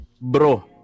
Bro